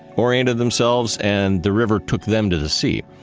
oriented themselves, and the river took them to the sea.